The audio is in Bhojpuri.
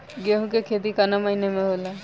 गेहूँ के खेती कवना महीना में होला?